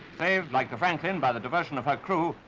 saved like the franklin by the devotion of her crew,